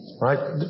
Right